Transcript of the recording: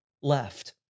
left